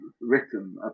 written